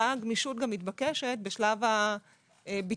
אותה גמישות מתבקשת גם בשלב הביטול,